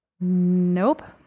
Nope